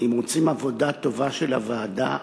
אם רוצים עבודה טובה של הוועדה,